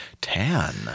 Tan